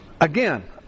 Again